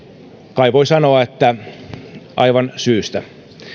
kai voi sanoa että aivan syystä